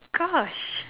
gosh